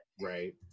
Right